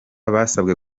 basabwe